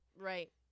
Right